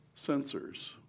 sensors